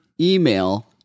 email